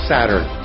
Saturn